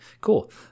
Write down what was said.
cool